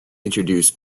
introduce